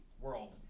world